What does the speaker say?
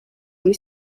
muri